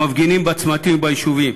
המפגינים בצמתים וביישובים,